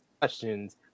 questions